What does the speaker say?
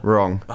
Wrong